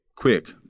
quick